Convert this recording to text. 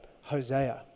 Hosea